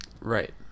Right